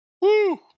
Woo